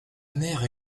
mère